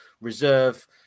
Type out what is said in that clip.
reserve